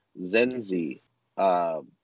Zenzi